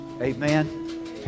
Amen